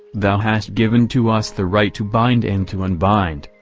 thou hast given to us the right to bind and to unbind,